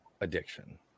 addiction